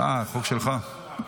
חוק שלך.